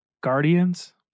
Guardians